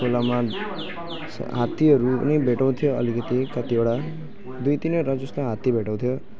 खोलामा हात्तीहरू पनि भेटाउँथ्यो अलिकति कतिवटा दुई तिनवटा जस्तो हात्ती भेटाउँथ्यो